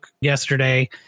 yesterday